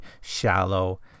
shallow